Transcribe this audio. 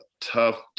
tough